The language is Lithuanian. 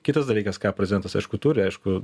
kitas dalykas ką prezidentas aišku turi aišku